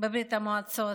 בברית המועצות,